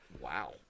Wow